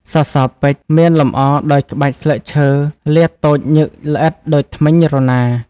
សសរពេជ្រ មានលម្អដោយក្បាច់ស្លឹកឈើលាតតូចញឹកល្អិតដូចធ្មេញរណារ។